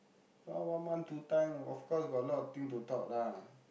ah one month two time of course got a lot of thing to talk lah